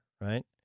right